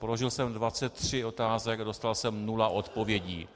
Položil jsem 23 otázek a dostal jsem nula odpovědí.